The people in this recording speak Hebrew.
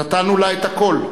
נתנו לה את הכול.